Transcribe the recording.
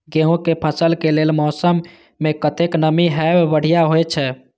गेंहू के फसल के लेल मौसम में कतेक नमी हैब बढ़िया होए छै?